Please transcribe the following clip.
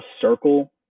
circle